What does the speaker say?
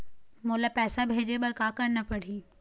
मोला पैसा भेजे बर का करना पड़ही?